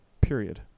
period